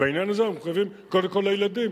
בעניין הזה אנחנו מחויבים קודם כול לילדים,